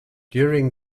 during